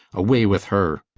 away with her!